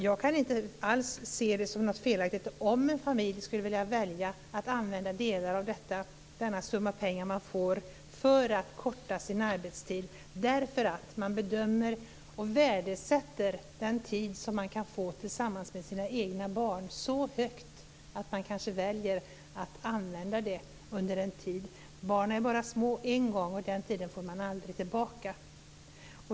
Jag kan alls inte se det som felaktigt om en familj skulle vilja använda delar av den summa pengar man får till att korta ned sin arbetstid därför att man värdesätter den tid som man kan få tillsammans med sina barn så högt att man kanske väljer det under en tid. Barnen är bara små en gång och småbarnstiden får man aldrig tillbaka.